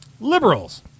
Liberals